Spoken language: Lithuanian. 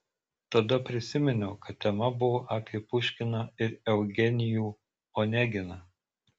tada prisiminiau kad tema buvo apie puškiną ir eugenijų oneginą